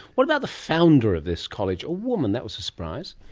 what about the founder of this college? a woman. that was a surprise.